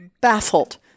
baffled